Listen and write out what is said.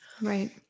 Right